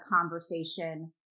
conversation